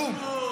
לא אמרתי כלום.